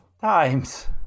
times